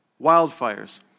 wildfires